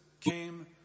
came